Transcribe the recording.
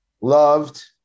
loved